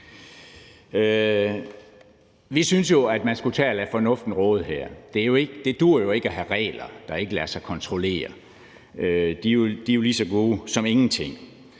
Vi synes jo, at man her skulle tage og lade fornuften råde. Det duer jo ikke at have regler, der ikke lader sig kontrollere. De er jo lige så gode som ingenting.